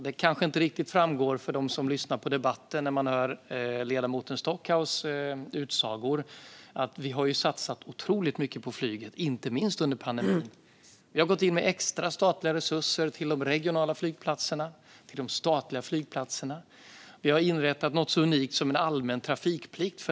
Det kanske inte riktigt framgår för dem som lyssnar på debatten och hör ledamoten Stockhaus utsagor, men faktum är att vi har satsat otroligt mycket på flyget, inte minst under pandemin. Vi har gått in med extra statliga resurser till de regionala flygplatserna och till de statliga flygplatserna. Vi har inrättat något så unikt som en allmän trafikplikt.